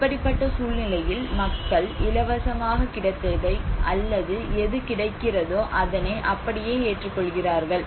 இப்படிப்பட்ட சூழ்நிலையில் மக்கள் இலவசமாக கிடைத்ததை அல்லது எது கிடைக்கிறதோ அதனை அப்படியே ஏற்றுக் கொள்கிறார்கள்